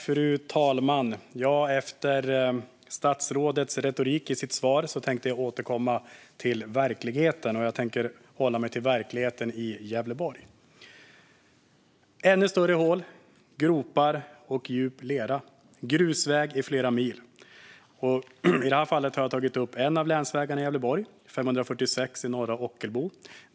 Fru talman! Efter statsrådets retorik i svaret tänkte jag återkomma till verkligheten. Jag tänker hålla mig till verkligheten i Gävleborg. Ännu större hål, gropar och djup lera. Grusväg i flera mil. I det här fallet har jag tagit upp en av länsvägarna i Gävleborg, 546 i norra Ockelbo.